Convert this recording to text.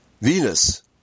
Venus